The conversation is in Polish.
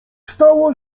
stało